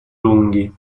lunghi